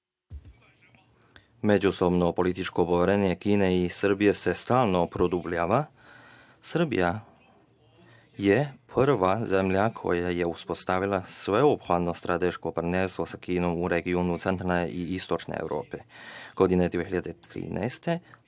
Međusobno političko poverenje Kine i Srbije se stalno produbljava. Srbija je prva zemlja koja je uspostavila sveobuhvatno strateško partnerstvo sa Kinom u regionu centralne i istočne Evrope. Godine 2013.